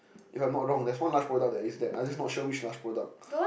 if I'm not wrong there one Lush product that is that I just not sure which Lush product